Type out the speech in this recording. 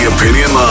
Opinion